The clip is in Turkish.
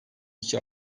iki